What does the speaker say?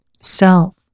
self